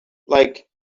like